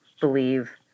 believe